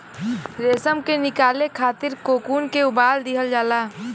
रेशम के निकाले खातिर कोकून के उबाल दिहल जाला